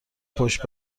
پشت